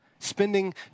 Spending